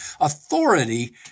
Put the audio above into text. authority